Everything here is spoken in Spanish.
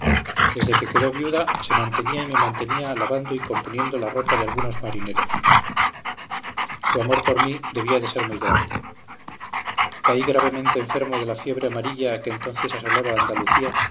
desde que quedó viuda se mantenía y me mantenía lavando y componiendo la ropa de algunos marineros su amor por mí debía de ser muy grande caí gravemente enfermo de la fiebre amarilla que entonces asolaba a andalucía